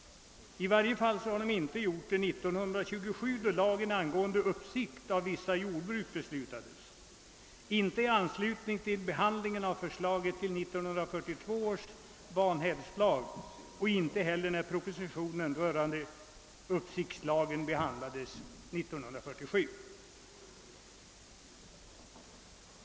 I varje fall har de inte gjort det 1927, då lagen angående uppsikt å vissa jordbruk beslutades, inte i anslutning till behandlingen av förslaget om 1942 års vanhävdslag och inte heller när propositionen rörande uppsiktslagen behandlades 1947.